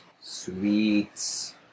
sweets